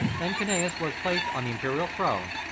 then cunius was placed on the imperial throne,